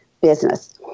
business